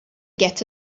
get